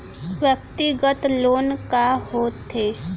व्यक्तिगत लोन का होथे?